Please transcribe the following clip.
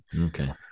Okay